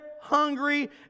hungry